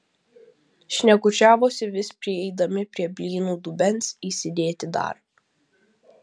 šnekučiavosi vis prieidami prie blynų dubens įsidėti dar